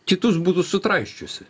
kitus būtų sutraiškiusi